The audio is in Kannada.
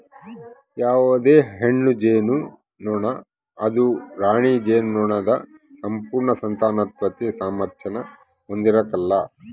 ಯಾವುದೇ ಹೆಣ್ಣು ಜೇನುನೊಣ ಅದು ರಾಣಿ ಜೇನುನೊಣದ ಸಂಪೂರ್ಣ ಸಂತಾನೋತ್ಪತ್ತಿ ಸಾಮಾರ್ಥ್ಯಾನ ಹೊಂದಿರಕಲ್ಲ